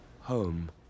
home